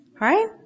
Right